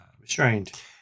Restrained